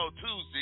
Tuesday